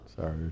Sorry